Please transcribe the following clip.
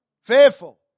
fearful